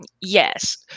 Yes